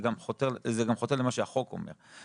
זה גם חוטא למה שהחוק אומר.